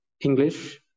English